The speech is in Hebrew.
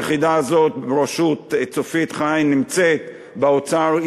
היחידה הזו, בראשות צופית חי, נמצאת באוצר.